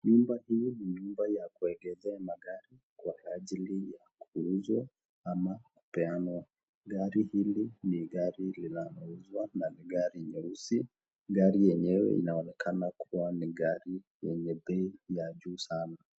Nyumba hii ni nyumba ya kuegezwa magari kwa ajili ya kuuzwa ama kupeanwa. Gari hili ni gari linalouzwa na ni gari nyeusi. Gari yenyewe inaonekana kuwa ni gari yenye bei ya juu sana.